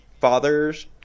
father's